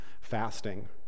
fasting